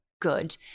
good